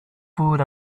food